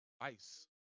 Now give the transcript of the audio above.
Ice